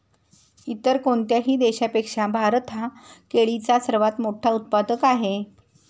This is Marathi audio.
इतर कोणत्याही देशापेक्षा भारत हा केळीचा सर्वात मोठा उत्पादक आहे